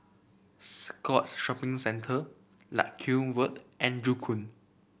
Scotts Shopping Centre Larkhill and Joo Koon